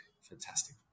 fantastic